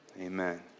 amen